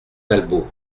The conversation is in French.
talbot